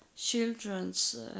children's